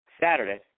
Saturday